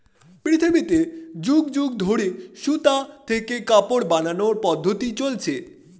পৃথিবীতে যুগ যুগ ধরে সুতা থেকে কাপড় বানানোর পদ্ধতি চলছে